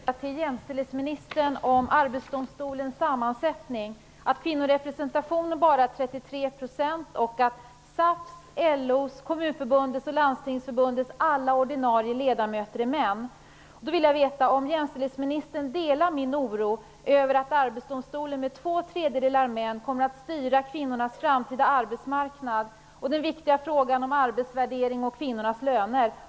Herr talman! Jag har en fråga att ställa till jämställdhetsministern om Arbetsdomstolens sammansättning. Kvinnorepresentationen är bara 33 %, och SAF:s, LO:s, Kommunförbundets och Landstingsförbundets ordinarie ledamöter är alla män. Jag vill veta om jämställdhetsministern delar min oro över att Arbetsdomstolen, med två tredjedelar män, kommer att styra kvinnornas framtida arbetsmarknad och den viktiga frågan om arbetsvärderingen och kvinnornas löner.